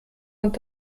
und